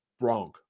wrong